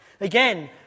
Again